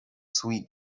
sweet